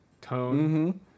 tone